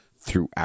throughout